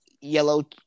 yellow